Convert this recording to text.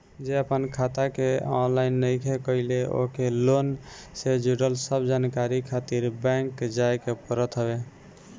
जे आपन खाता के ऑनलाइन नइखे कईले ओके लोन से जुड़ल सब जानकारी खातिर बैंक जाए के पड़त हवे